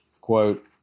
Quote